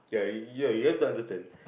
ya you have to understand